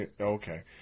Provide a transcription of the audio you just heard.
Okay